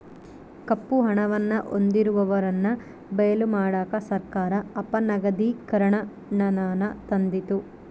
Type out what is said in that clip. ಕಪ್ಪು ಹಣವನ್ನು ಹೊಂದಿರುವವರನ್ನು ಬಯಲು ಮಾಡಕ ಸರ್ಕಾರ ಅಪನಗದೀಕರಣನಾನ ತಂದಿತು